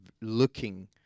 looking